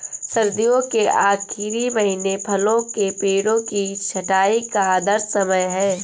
सर्दियों के आखिरी महीने फलों के पेड़ों की छंटाई का आदर्श समय है